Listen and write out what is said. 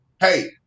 Hey